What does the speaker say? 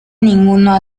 ninguna